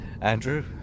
Andrew